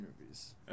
movies